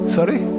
Sorry